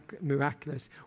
miraculous